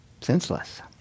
senseless